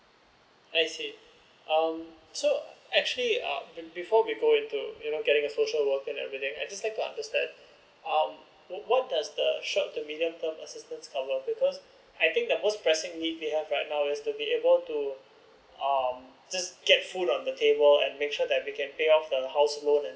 I see um so actually um before we go into you know getting a social work and everything I just like to understand uh what does the short to medium term assistance cover because I think the most pressing we have now is to be able to um just get food on the table and make sure that we can pay the house loan and